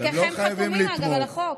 אתם לא חייבים לתמוך,